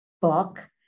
book